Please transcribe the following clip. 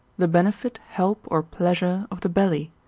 the benefit, help or pleasure of the belly,